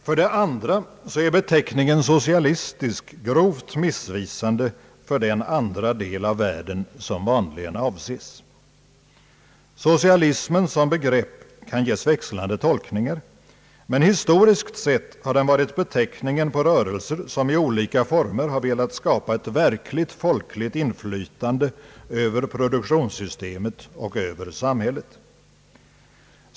För det andra är beteckningen socialistiskt grovt missvisande för den andra del av världen som vanligen avses. Socialism som begrepp kan ges växlande tolkningar, men historiskt sett har detta varit beteckningen på rörelser som i olika former velat skapa ett verkligt folkligt inflytande över produktionssystemet och samhället.